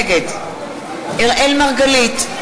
נגד אראל מרגלית,